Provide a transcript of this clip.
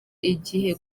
igihe